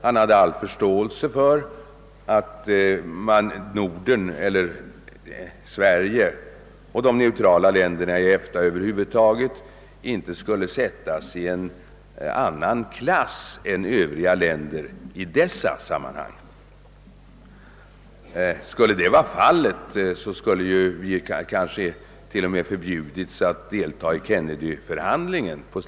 Han hade all förståelse för att Sverige och de neutrala länderna i EFTA över huvud taget inte skulle sättas i en annan klass än övriga länder i dessa sammanhang. Och uppriktigt sagt hade vi satts i en annan klass skulle man med samma motivering kunnat hindra oss från att deltaga i Kennedyförhandlingarna.